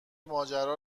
ماجرا